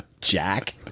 Jack